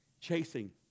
Chasing